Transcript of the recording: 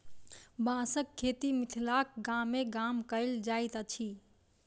बाँसक खेती मिथिलाक गामे गाम कयल जाइत अछि